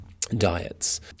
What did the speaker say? diets